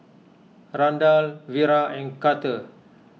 Randall Vira and Carter